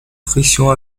frictions